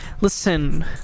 listen